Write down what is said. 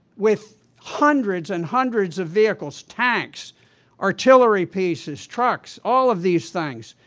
with hundreds and hundreds of vehiclestanks, artillery pieces, trucks, all of these things.